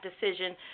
decision